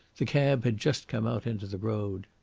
the cab had just come out into the road.